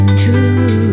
true